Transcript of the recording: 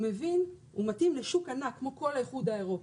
הוא מתאים לשוק ענק כמו כל האיחוד האירופי,